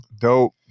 Dope